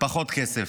פחות כסף.